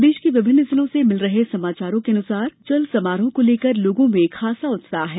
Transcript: प्रदेश के विभिन्न जिलों से मिल रहे समाचारों के अनुसार गणेश विसर्जन और चल समारोह को लेकर लोगों में खासा उत्साह है